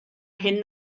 hyn